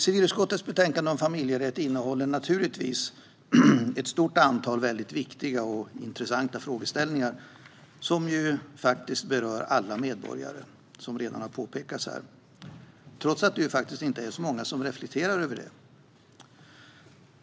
Civilutskottets betänkande Familjerätt innehåller ett stort antal viktiga och intressanta frågeställningar som berör alla medborgare, som redan har påpekats här, trots att många inte reflekterar över det.